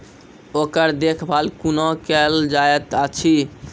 ओकर देखभाल कुना केल जायत अछि?